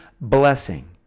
blessing